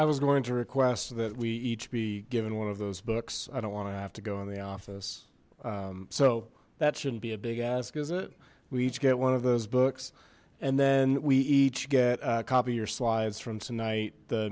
i was going to request that we each be given one of those books i don't want to have to go in the office so that shouldn't be a big ask is it we each get one of those books and then we each get a copy of your slides from tonight the